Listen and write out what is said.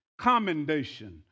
commendation